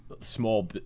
small